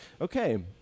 Okay